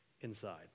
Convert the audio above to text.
inside